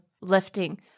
lifting